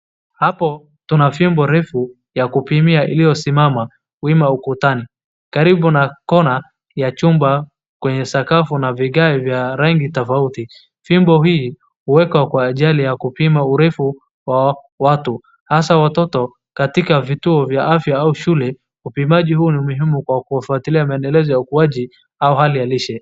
Hapo tunafimbo refu ya kupimia ilio simama wima ukutani, karibu na kona ya chumba, kwenye sakafu ya vigae ya rangi tofauti. Fimbo hii huekwa kwa ajili yakupima urefu wa watu, hasaa watoto katika vituo vya afya au shule. Upimaji huu ni muhimu kwa kufuatilia ukuwaji au hali ya lishe.